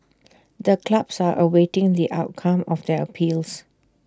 the clubs are awaiting the outcome of their appeals